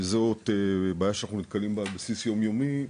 וזאת בעיה שאנחנו נתקלים בה על בסיס יום-יומי,